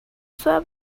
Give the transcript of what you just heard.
sua